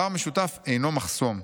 "עבר משותף אינו מחסום.